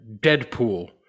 Deadpool